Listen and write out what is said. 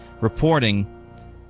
reporting